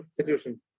solution